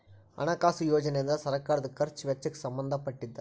ಹಣಕಾಸು ಯೋಜನೆ ಅಂದ್ರ ಸರ್ಕಾರದ್ ಖರ್ಚ್ ವೆಚ್ಚಕ್ಕ್ ಸಂಬಂಧ ಪಟ್ಟಿದ್ದ